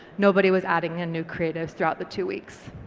nobody was adding in new creatives throughout the two weeks.